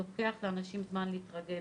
לוקח לאנשים זמן להתרגל,